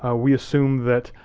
ah we assume that